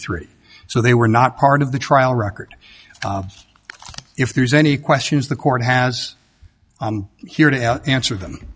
three so they were not part of the trial record if there's any questions the court has here to answer them